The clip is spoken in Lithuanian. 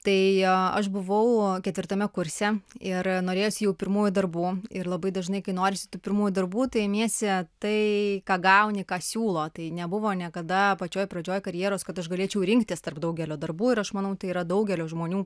tai aš buvau ketvirtame kurse ir norėjosi jau pirmųjų darbų ir labai dažnai kai norisi tų pirmųjų darbų tai imiesi tai ką gauni ką siūlo tai nebuvo niekada pačioj pradžioj karjeros kad aš galėčiau rinktis tarp daugelio darbų ir aš manau tai yra daugelio žmonių